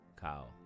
Kyle